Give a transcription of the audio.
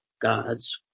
God's